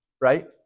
right